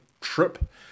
trip